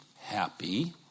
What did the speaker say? happy